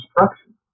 instruction